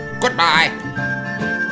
goodbye